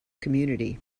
community